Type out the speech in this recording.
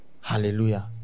Hallelujah